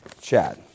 Chad